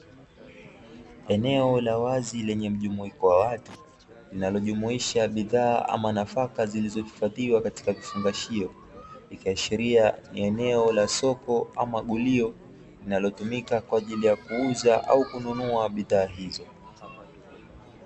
Eneo la wazi lenye mjumuiko wa watu, linalojumuisha bidhaa ama nafaka zilizohifadhiwa katika vifungashio. Ikiashiria ni eneo la soko ama gulio, linalotumika kwa ajili ya kuuza au kununua bidhaa hizo.